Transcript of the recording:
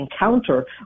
encounter